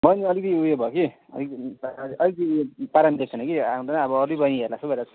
मलाई नि अलिकति उयो भयो कि अलिक अलिकति पारा मिलेको छैन कि आउँदैन अब अर्कै बैनी हेर्लाजस्तो भइरहेको छ